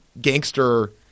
gangster